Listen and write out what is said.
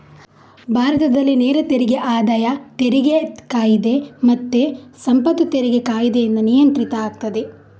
ಭಾರತದಲ್ಲಿ ನೇರ ತೆರಿಗೆ ಆದಾಯ ತೆರಿಗೆ ಕಾಯಿದೆ ಮತ್ತೆ ಸಂಪತ್ತು ತೆರಿಗೆ ಕಾಯಿದೆಯಿಂದ ನಿಯಂತ್ರಿತ ಆಗ್ತದೆ